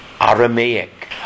Aramaic